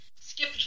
skip